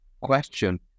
question